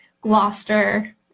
Gloucester